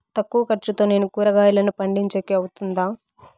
తక్కువ ఖర్చుతో నేను కూరగాయలను పండించేకి అవుతుందా?